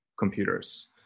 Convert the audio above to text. computers